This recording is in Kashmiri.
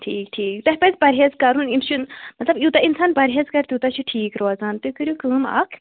ٹھیٖک ٹھیٖک تۄہہِ پَزِ پرہیز کَرُن یِمہٕ چھِ مطلب یوٗتاہ انسان پرہیز کَر تیٛوٗتاہ چھُ ٹھیٖک روزان تُہۍ کٔرِو کٲم اکھ